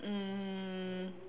um